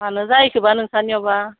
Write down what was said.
मानो जाहैखोबा नोंस्रानियावबा